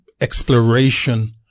exploration